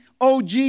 OG